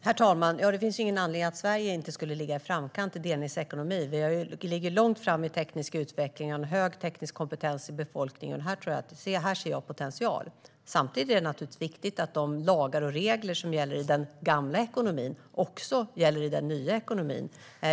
Herr talman! Det finns ingen anledning till att Sverige inte skulle ligga i framkant i delningsekonomin. Vi ligger långt framme i den tekniska utvecklingen och har en hög teknisk kompetens i befolkningen. Här ser jag potential. Samtidigt är det naturligtvis viktigt att de lagar och regler som gäller i den gamla ekonomin också gäller i den nya ekonomin.